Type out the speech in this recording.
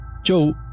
Joe